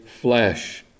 flesh